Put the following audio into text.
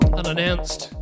unannounced